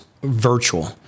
virtual